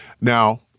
Now